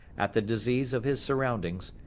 at the disease of his surroundings,